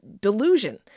delusion